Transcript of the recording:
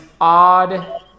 odd